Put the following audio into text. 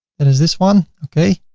and is this one, okay.